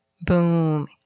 Boom